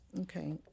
Okay